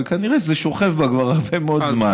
וכנראה שזה שוכב בה כבר הרבה מאוד זמן.